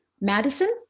Madison